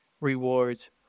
rewards